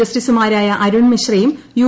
ജസ്റ്റീസുമാരായ അരുൺ മിശ്രയും യു